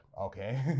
Okay